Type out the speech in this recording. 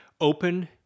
Open